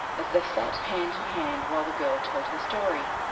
as they sat hand in hand while the girl told her story.